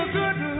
good